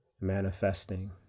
manifesting